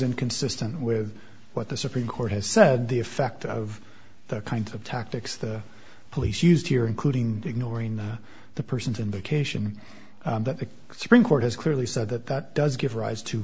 inconsistent with what the supreme court has said the effect of the kind of tactics the police used here including ignoring the person's indication that the supreme court has clearly said that that does give